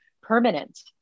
permanent